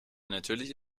natürliche